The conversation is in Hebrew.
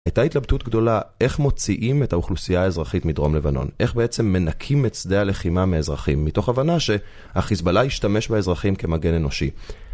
הייתה התלבטות גדולה, איך מוציאים את האוכלוסייה האזרחית מדרום לבנון, איך בעצם מנקים את שדה הלחימה מאזרחים, מתוך הבנה שהחיזבאללה ישתמש באזרחים כמגן אנושי.